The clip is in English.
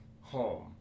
home